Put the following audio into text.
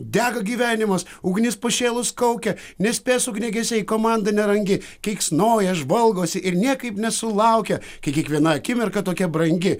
dega gyvenimas ugnis pašėlus kaukia nespės ugniagesiai komanda nerangi keiksnoja žvalgosi ir niekaip nesulaukia kai kiekviena akimirka tokia brangi